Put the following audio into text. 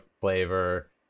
flavor